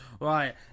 right